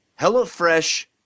HelloFresh